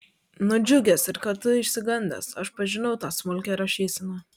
nudžiugęs ir kartu išsigandęs aš pažinau tą smulkią rašyseną